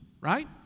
right